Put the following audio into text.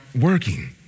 working